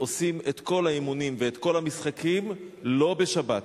עושים את כל האימונים ואת כל המשחקים לא בשבת,